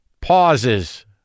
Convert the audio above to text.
pauses